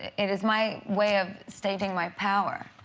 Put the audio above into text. it is my way of stating my power,